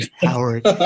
Howard